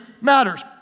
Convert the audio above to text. matters